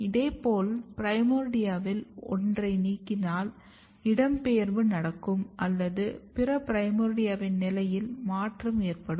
இதேபோல் பிரைமோர்டியாவில் ஒன்றை அகற்றினால் இடம்பெயர்வு நடக்கும் அல்லது பிற பிரைமோர்டியாவின் நிலையில் மாற்றம் ஏற்படும்